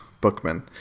Bookman